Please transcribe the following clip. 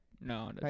No